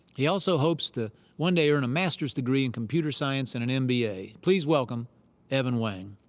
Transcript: he also hopes to one day earn a master's degree in computer science and an mba. please welcome evan wang.